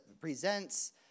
presents